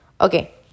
okay